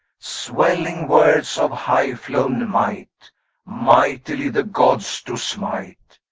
swelling words of high-flown might mightily the gods do smite.